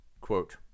quote